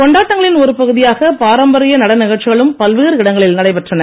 கொண்டாட்டங்களின் ஒரு பகுதியாக பாரம்பரிய நடன நிகழ்ச்சிகளும் பல்வேறு இடங்களில் நடைபெற்றன